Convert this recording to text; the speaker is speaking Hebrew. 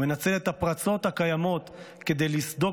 הוא מנצל את הפרצות הקיימות כדי לסדוק